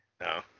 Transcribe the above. No